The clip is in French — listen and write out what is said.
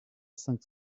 cinq